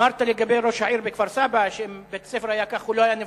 אמרת לגבי ראש העיר בכפר-סבא שאם בית-הספר היה כך הוא לא היה נבחר?